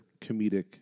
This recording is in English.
comedic